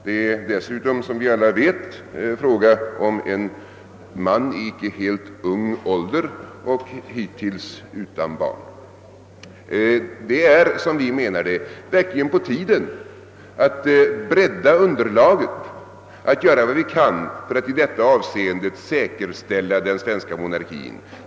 Dessutom är det som vi alla vet fråga om en man som icke är helt ung och som hittills saknar barn. Enligt vår åsikt är det verkligen på tiden att bredda underlaget, att göra vad vi kan för att i detta avseende säkerställa den svenska monarkin.